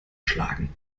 schlagen